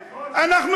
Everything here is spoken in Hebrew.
נכון.